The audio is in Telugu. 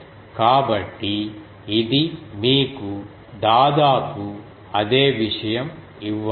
కాబట్టి ఇది మీకు దాదాపు అదే విషయం ఇవ్వాలి